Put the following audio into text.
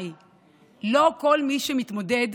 רבותיי, לא כל מי שמתמודד